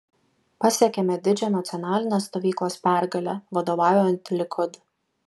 pasiekėme didžią nacionalinės stovyklos pergalę vadovaujant likud